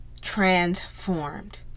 transformed